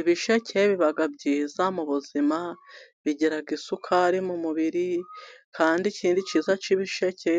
Ibisheke biba byiza mu buzima, bigira isukari mu mubiri, kandi ikindi cyiza cy'ibisheke,